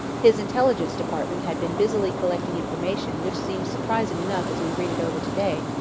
his intelligence department had been busily collecting information which seems surprising enough as we read it over to-day,